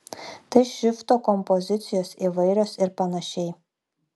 tai šrifto kompozicijos įvairios ir panašiai